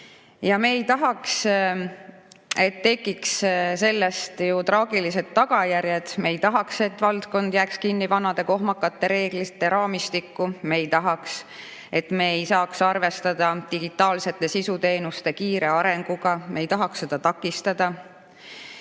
ja me ei tahaks, et sellel oleksid traagilised tagajärjed. Me ei tahaks, et valdkond jääks kinni vanade kohmakate reeglite raamistikku. Me ei tahaks, et me ei saaks arvestada digitaalsete sisuteenuste kiire arenguga, me ei tahaks seda takistada.